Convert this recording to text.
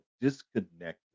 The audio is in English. disconnected